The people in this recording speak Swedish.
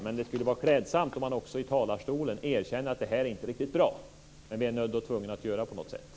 Det skulle dock vara klädsamt om han också i talarstolen kunde erkänna att det här inte är riktigt bra men att de är tvungna att göra på det sättet.